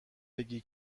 بگی